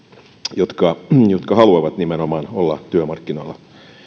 jotka nimenomaan haluavat olla työmarkkinoilla